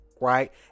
right